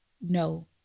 No